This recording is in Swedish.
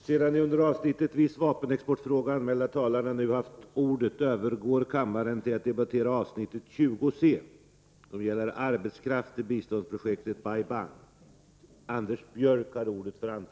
Sedan de under avsnittet Viss vapenexportfråga anmälda talarna nu haft ordet övergår kammaren till att debattera avsnitt 20c: Arbetskraft till biståndsprojektet Bai Bang.